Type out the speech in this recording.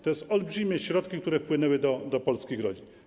To są olbrzymie środki, które wpłynęły do budżetów polskich rodzin.